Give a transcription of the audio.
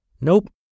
Nope